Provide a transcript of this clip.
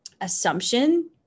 assumption